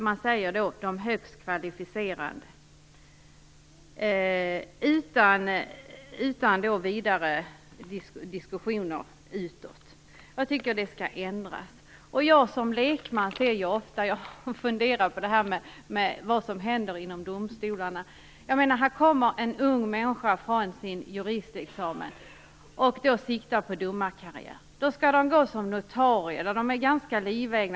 Man säger utan diskussion utåt att de högst kvalificerade skall komma i fråga. Jag har som lekman ofta funderat över det som händer inom domstolarna. En ung person som har klarat sin juristexamen och som siktar på domarkarriär skall gå som notarie, och då är man i det närmaste livegen.